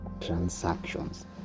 transactions